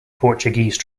portuguese